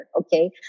okay